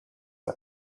are